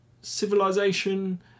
Civilization